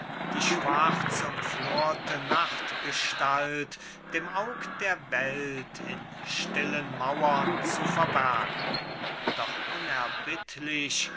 die schwarz umflorte nachtgestalt dem aug der welt in stillen mauern zu verbergen doch unerbittlich